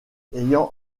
ayant